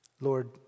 Lord